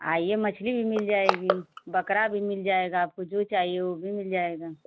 आइए मछली भी मिल जाएगी बकरा भी मिल जाएगा आपको जो चाहिए वो भी मिल जाएगा